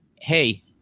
hey